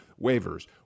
waivers